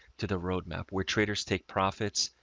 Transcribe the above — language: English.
to the roadmap where traders take profits,